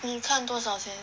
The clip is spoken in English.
你看多少钱